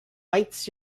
bites